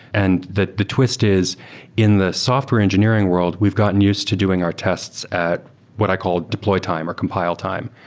and that the twist is in the software engineering world, we've gotten used to doing our tests at what i call deployed time or compile time.